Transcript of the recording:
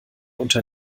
unter